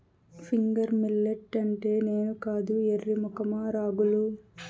finger millet అంటే నేను కాదు ఎర్రి మొఖమా రాగులు